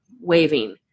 waving